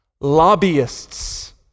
lobbyists